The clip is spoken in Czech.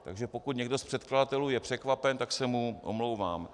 Takže pokud někdo z předkladatelů je překvapen, tak se mu omlouvám.